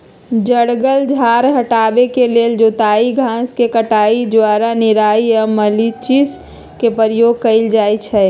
जङगल झार हटाबे के लेल जोताई, घास के कटाई, ज्वाला निराई आऽ मल्चिंग के प्रयोग कएल जाइ छइ